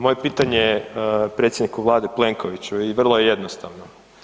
Moje pitanje je predsjedniku Vlade Plenkoviću i vrlo je jednostavno.